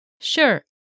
Sure